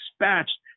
dispatched